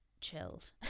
chilled